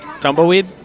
tumbleweed